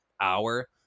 hour